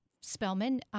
Spellman